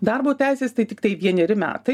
darbo teisės tai tiktai vieneri metai